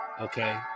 okay